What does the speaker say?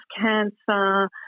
cancer